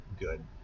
good